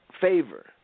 favor